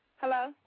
Hello